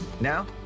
Now